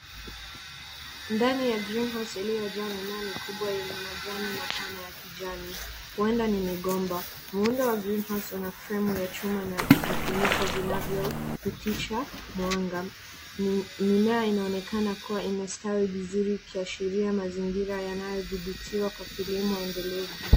Ndani ya Green House iliyojaa mimea mikubwa yenye majani mapana ya kijani, huenda ni migomba. Muundo wa Green House una fremu ya chuma na vifuniko vinavyopitisha mwanga. Mimea inonekana kuwa imestawi vizuri ikiashiria mazingira yanayodhibitiwa kwa kilimo endelevu.